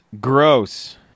gross